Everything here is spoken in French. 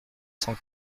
cent